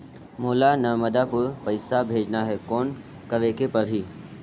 मोला नर्मदापुर पइसा भेजना हैं, कौन करेके परही?